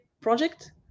project